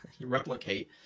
replicate